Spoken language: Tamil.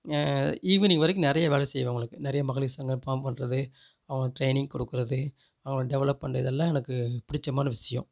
ஈவினிங் வரைக்கும் நிறைய வேலை செய்வேன் அவங்களுக்கு நிறைய மகளிர் சங்கம் ஃபார்ம் பண்ணுறது அவங்கள டிரெயினிங் கொடுக்கறது அவங்கள டெவலப் பண்ணுறதெல்லாம் எனக்கு பிடித்தமான விஷியம்